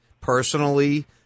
personally